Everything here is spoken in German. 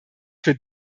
für